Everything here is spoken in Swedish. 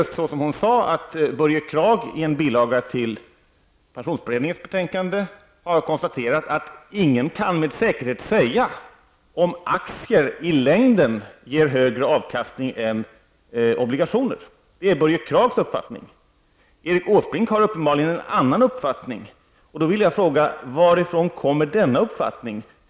Som hon sade har Börje Kragh i en bilaga till pensionsberedningens betänkande konstaterat att ingen med säkerhet kan säga om aktier i längden ger högre avkastning än obligationer. Detta är alltså Börje Kraghs uppfattning. Erik Åsbrink har uppenbarligen en annan uppfattning. Då vill jag fråga: Varifrån kommer denna uppfattning?